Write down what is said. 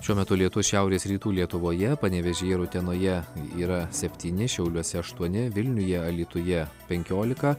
šiuo metu lietus šiaurės rytų lietuvoje panevėžyje ir utenoje yra septyni šiauliuose aštuoni vilniuje alytuje penkiolika